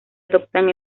adoptan